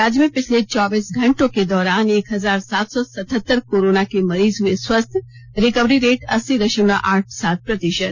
राज्य में पिछले चौबीस घंटों के दौरान एक हजार सात सौ सतहत्तर कोरोना के मरीज हुए स्वस्थ रिकवरी रेट अस्सी दामलव आठ सात प्रतिात